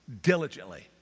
diligently